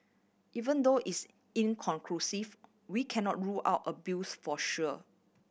even though it's inconclusive we cannot rule out abuse for sure